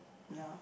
yeah